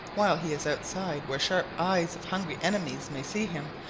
while he is outside where sharp eyes of hungry enemies may see him,